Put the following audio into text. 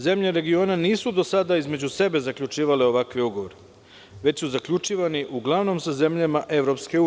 Zemlje regiona nisu do sada između sebe zaključivale ovakve ugovore, već su zaključivani uglavnom sa zemljama EU.